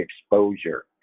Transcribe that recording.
exposure